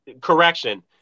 correction